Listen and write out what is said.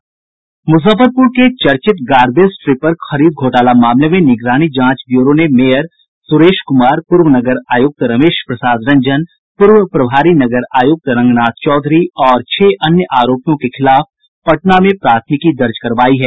मुजफ्फरपुर में चर्चित garbage tripper खरीद घोटाला मामले में निगरानी जांच ब्यूरो ने मेयर सुरेश कुमार पूर्व नगर आयुक्त रमेश प्रसाद रंजन पूर्व प्रभारी नगर आयुक्त रंगनाथ चौधरी और छह अन्य आरोपियों के खिलाफ पटना में प्राथमिकी दर्ज करवायी है